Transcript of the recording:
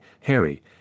Harry